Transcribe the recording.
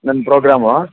ನನ್ನ ಪ್ರೋಗ್ರಾಮು